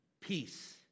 peace